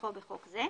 כנוסחו בחוק זה.